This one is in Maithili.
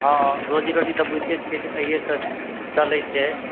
हँ रोजी रोटी तऽ बुझिते छियै जे अहियेसँ चलय छै